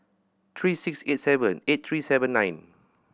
three six eight seven eight three seven nine